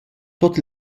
tuot